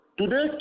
Today